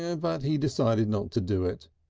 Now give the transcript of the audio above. ah but he decided not to do it.